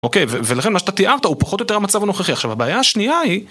אוקיי, ולכן מה שאתה תיארת הוא פחות או יותר המצב הנוכחי, עכשיו הבעיה השנייה היא...